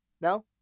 No